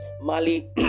Mali